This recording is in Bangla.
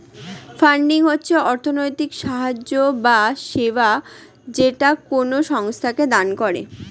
ফান্ডিং হচ্ছে অর্থনৈতিক সাহায্য বা সেবা যেটা কোনো সংস্থাকে দান করে